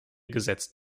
gesetzt